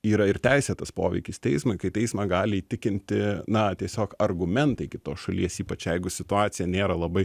yra ir teisėtas poveikis teismui kai teismą gali įtikinti na tiesiog argumentai kitos šalies ypač jeigu situacija nėra labai